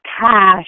cash